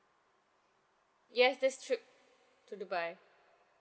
yes this trip to dubai